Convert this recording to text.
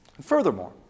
Furthermore